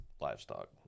livestock